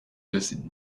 this